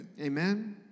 Amen